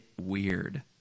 weird